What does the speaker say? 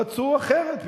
פתאום רצו אחרת,